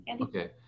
Okay